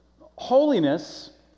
Holiness